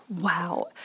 Wow